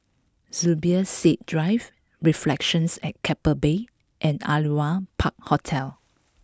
Zubir Said Drive Reflections at Keppel Bay and Aliwal Park Hotel